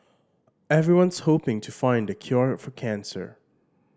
everyone's hoping to find the cure for cancer